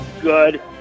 good